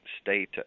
state